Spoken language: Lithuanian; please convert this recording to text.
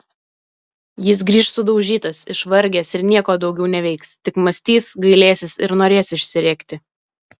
jis grįš sudaužytas išvargęs ir nieko daugiau neveiks tik mąstys gailėsis ir norės išsirėkti